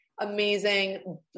amazing